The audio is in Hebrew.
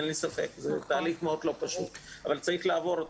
זה תהליך לא פשוט אבל צריך לעבור אותו.